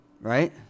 Right